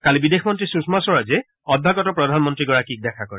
কালি বিদেশমন্ত্ৰী সূষমা স্বৰাজে অভ্যাগত প্ৰধানমন্ত্ৰীগৰাকীক দেখা কৰে